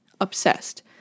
obsessed